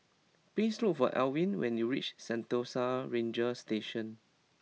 please look for Alwin when you reach Sentosa Ranger Station